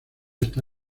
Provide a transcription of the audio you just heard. está